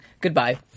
Goodbye